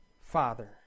Father